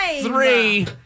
Three